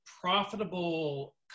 profitable